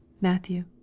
Matthew